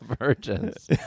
virgins